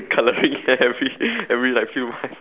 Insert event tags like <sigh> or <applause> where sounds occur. <laughs> colouring hair every <breath> every like few month <breath>